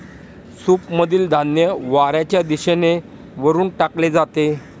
सूपमधील धान्य वाऱ्याच्या दिशेने वरून टाकले जाते